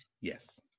yes